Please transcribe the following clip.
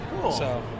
Cool